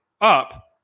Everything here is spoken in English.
up